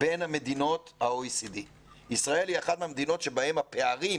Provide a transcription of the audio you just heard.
בין מדינות ה- OECD. ישראל היא אחת המדינות שבהן הפערים